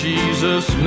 Jesus